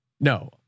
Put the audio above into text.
No